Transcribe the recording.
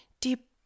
deep